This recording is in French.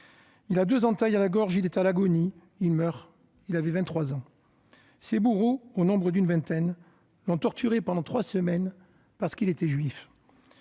Il a deux entailles à la gorge. Il est à l'agonie. Il meurt. Il avait 23 ans. Ses bourreaux, au nombre d'une vingtaine, l'ont torturé pendant trois semaines parce qu'il était juif.